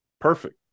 Perfect